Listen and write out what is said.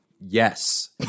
yes